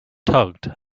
tugged